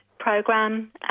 program